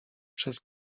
przez